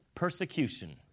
persecution